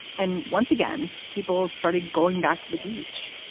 and once again, people started going back to the beach.